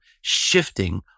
shifting